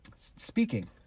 speaking